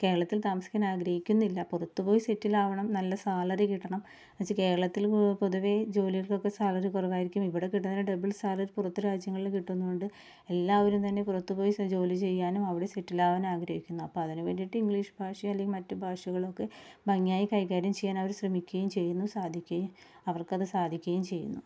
കേരളത്തില് താമസിക്കുന്ന ആഗ്രഹിക്കുന്നില്ല പുറത്ത് പോയി സെറ്റില് ആവണം നല്ല സാലറി കിട്ടണം ച്ച് കേരളത്തില് പൊതുവേ ജോലികള്ക്ക് സാലറി കുറവായിരിക്കും ഇവിടെ കിട്ടുന്ന ഡബിള് സാലറി പുറത്ത് രാജ്യങ്ങളിൽ കിട്ടുന്നത് കൊണ്ട് എല്ലാവരും തന്നെ പുറത്ത് പോയി ജോലി ചെയ്യാനും അവിടെ സെറ്റിലാവാനും ആഗ്രഹിക്കുന്നു അപ്പോൾ അതിനുവേണ്ടിയിട്ട് ഇംഗ്ലീഷ് ഭാഷയെ അല്ലെങ്കിൽ മറ്റ് ഭാഷകളൊക്കെ ഭംഗിയായി കൈകാര്യം ചെയ്യാന് അവർ ശ്രമിക്കുകയും ചെയ്യുന്നു സാധിക്കുകയും അവര്ക്കത് സാധിക്കുകയും ചെയ്യുന്നു